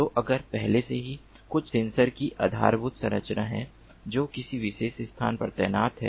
तो अगर पहले से ही कुछ सेंसर की आधारभूत संरचना है जो किसी विशेष स्थान पर तैनात है